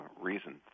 reason